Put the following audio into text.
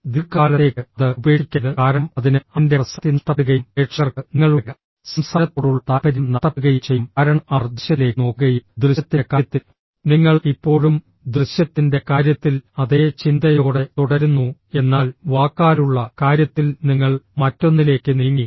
ദീർഘകാലത്തേക്ക് അത് ഉപേക്ഷിക്കരുത് കാരണം അതിന് അതിന്റെ പ്രസക്തി നഷ്ടപ്പെടുകയും പ്രേക്ഷകർക്ക് നിങ്ങളുടെ സംസാരത്തോടുള്ള താൽപര്യം നഷ്ടപ്പെടുകയും ചെയ്യും കാരണം അവർ ദൃശ്യത്തിലേക്ക് നോക്കുകയും ദൃശ്യത്തിന്റെ കാര്യത്തിൽ നിങ്ങൾ ഇപ്പോഴും ദൃശ്യത്തിന്റെ കാര്യത്തിൽ അതേ ചിന്തയോടെ തുടരുന്നു എന്നാൽ വാക്കാലുള്ള കാര്യത്തിൽ നിങ്ങൾ മറ്റൊന്നിലേക്ക് നീങ്ങി